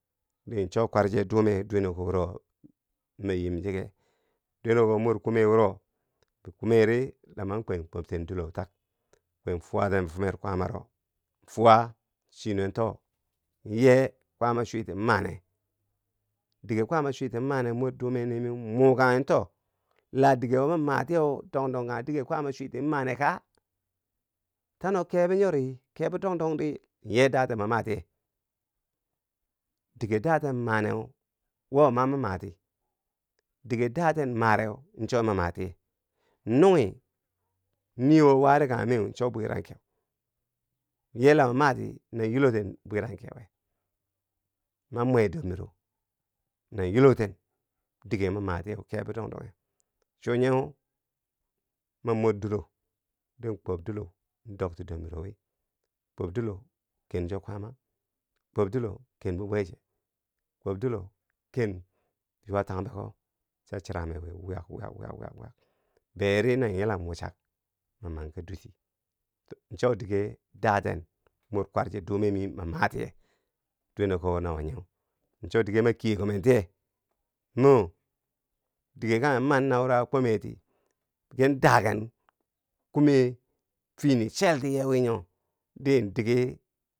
Di cho kwarche dume dwene ko wuro ma yim chike dwene ko mor kume wuro, ki kumeri la man kwen kwobten dilo tak kwen fwaten bi fumer kwaamaro, fwa chii nuwe too yee kwaama chwiti mane? dike Kwaama chwiti mani mor dume nee mi mukanghii too, la. digewo ma matiyeu dong dong kanghe dige kwaama chwiti mane ka? tano kebo nyori kebo dong dongdi yee daten ma matiye? dige daten maneu wo ma ma mati, digen daten mareu cho ma matiye, nungi niwo wari kanghe meu cho bwirangkeu, yee la ma mati na yiloten bwirangke we? ma mwe dor miro na yilo ten dige ma matiyeu kebo dong dongheu, cho nyeu ma mor dilo din kwoob dilo dokti dor miro wi kwoob dilo kencho kwaama, kwoob dilo ken bi bweche, kwoob dilo ken yuwa tengbeko cha churangmenwi wyak wyak wyak wyak, beri na nyilam wuchak ma manki dutti cho. dige daten mor kwarche dume mi matiye dweneko wo na wonyeu, cho dige ma kiye kumen tiye, mo dige kanghe man naworo a kumye ti, kin daaken kume fini chelti ye wi nyo di dige.